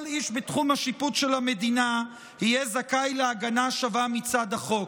שכל איש בתחום השיפוט של המדינה יהיה זכאי להגנה שווה מצד החוק,